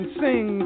sing